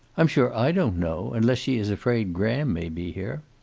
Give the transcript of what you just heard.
i'm sure i don't know. unless she is afraid graham may be here.